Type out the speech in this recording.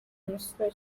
umusore